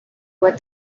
what